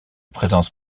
présence